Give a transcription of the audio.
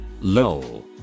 LOL